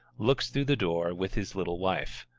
looks through the door with his little wife.